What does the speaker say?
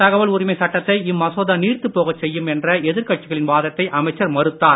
தகவல் உரிமை சட்டத்தை இம்மசோதா நீர்த்துப் போகச் செய்யும் என்ற எதிர்க்கட்சிகளின் வாதத்தை அமைச்சர் மறுத்தார்